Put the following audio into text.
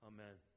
Amen